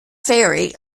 ferry